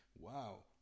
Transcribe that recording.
wow